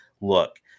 look